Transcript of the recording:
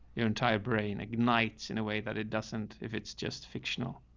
your entire brain ignites in a way that it doesn't. if it's just fictional,